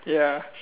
ya